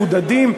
נהיה מבודדים.